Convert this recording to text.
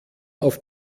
auf